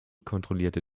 kontrollierte